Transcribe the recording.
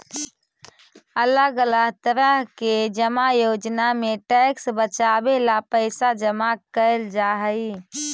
अलग अलग तरह के जमा योजना में टैक्स बचावे ला पैसा जमा कैल जा हई